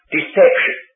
Deception